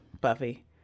buffy